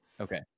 Okay